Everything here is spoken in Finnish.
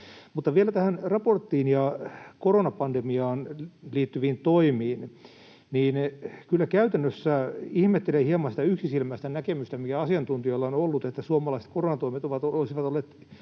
Vielä tähän raporttiin ja koronapandemiaan liittyviin toimiin: Kyllä käytännössä ihmettelen hieman sitä yksisilmäistä näkemystä, mikä asiantuntijoilla on ollut, että suomalaiset koronatoimet olisivat olleet